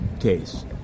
case